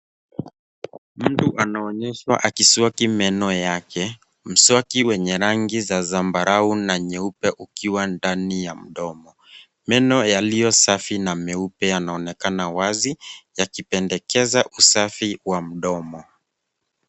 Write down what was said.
Mtu anaonyeshwa akiswaki meno yake. Mswaki wenye rangi za zambarau na nyeupe ukiwa ndani ya mdomo. Meno yaliyosafi na meupe yanaonekana wazi, yakipendekeza usafi wa mdomo.